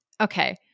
Okay